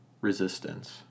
resistance